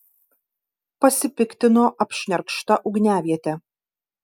pasipiktino apšnerkšta ugniaviete